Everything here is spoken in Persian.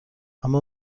اما